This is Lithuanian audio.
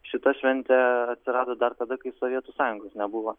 šita šventė atsirado dar tada kai sovietų sąjungos nebuvo